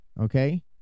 Okay